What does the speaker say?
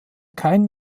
keinen